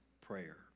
prayer